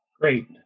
Great